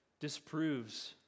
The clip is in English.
disproves